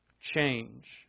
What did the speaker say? change